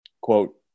quote